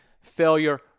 failure